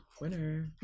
Winner